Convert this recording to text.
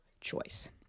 choice